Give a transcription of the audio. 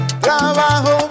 trabajo